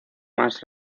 más